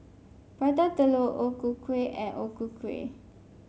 Prata Telur O Ku Kueh and O Ku Kueh